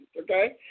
okay